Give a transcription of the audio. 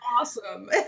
awesome